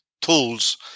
tools